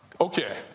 Okay